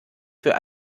für